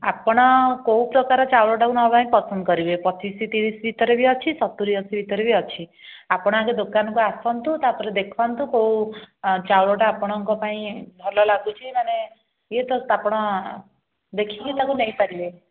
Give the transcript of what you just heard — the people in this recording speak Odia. ଆପଣ କେଉଁ ପ୍ରକାର ଚାଉଳଟାକୁ ନେବା ପାଇଁ ପସନ୍ଦ କରିବେ ପଚିଶ ତିରିଶ ଭିତରେ ବି ଅଛି ସତୁରି ଅଶୀ ଭିତରେ ବି ଅଛି ଆପଣ ଆଗେ ଦୋକାନକୁ ଆସନ୍ତୁ ତା'ପରେ ଦେଖନ୍ତୁ କେଉଁ ଚାଉଳଟା ଆପଣଙ୍କ ପାଇଁ ଭଲ ଲାଗୁଛି ମାନେ ଇଏ ତାକୁ ଆପଣ ଦେଖିକି ତାକୁ ନେଇପାରିବେ